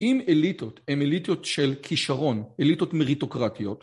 אם אליטות הן אליטות של כישרון, אליטות מריטוקרטיות.